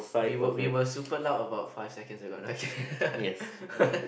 we were we were super loud about five seconds ago